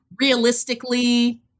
Realistically